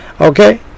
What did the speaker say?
Okay